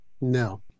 No